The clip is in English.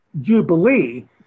jubilee